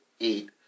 eight